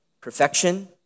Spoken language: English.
perfection